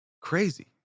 crazy